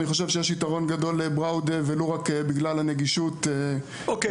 אני חושב שיש יתרון גדול לבראודה ולו רק בגלל הנגישות לרכבת.